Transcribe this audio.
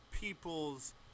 people's